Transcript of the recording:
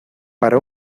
para